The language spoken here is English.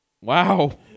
Wow